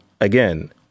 Again